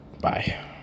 Bye